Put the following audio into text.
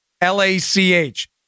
l-a-c-h